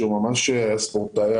שממש היה ספורטאי,